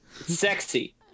Sexy